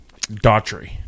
Daughtry